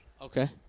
Okay